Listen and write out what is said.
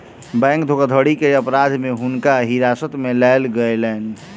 bank धोखाधड़ी के अपराध में हुनका हिरासत में लेल गेलैन